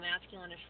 masculine